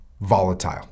volatile